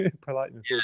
politeness